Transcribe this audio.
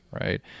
right